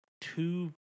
two